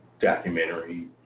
documentary